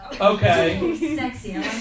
Okay